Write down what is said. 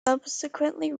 subsequently